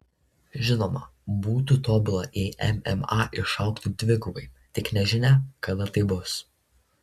žinoma būtų tobula jei mma išaugtų dvigubai tik nežinia kada tai bus